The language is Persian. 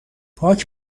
پاک